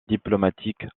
diplomatiques